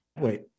wait